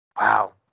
Wow